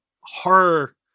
horror